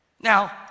Now